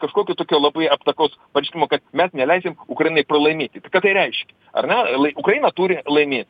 kažkokio tokio labai aptakaus pareiškimo kad mes neleidžiam ukrainai pralaimėti ką tai reiškia ar ne lai ukraina turi laimėti